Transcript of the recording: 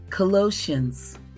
Colossians